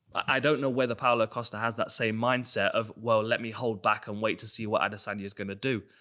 i don't know whether paulo costa has that second mindset of, well, let me hold back and wait to see what adesanya is gonna do.